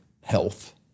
health